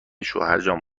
شوهرجان